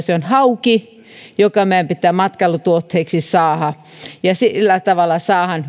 hauki joka meidän pitää matkailutuotteeksi saada sillä tavalla saadaan